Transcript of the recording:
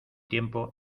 tiempo